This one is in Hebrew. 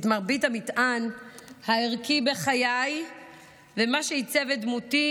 מרבית המטען הערכי בחיי ומה שעיצב את דמותי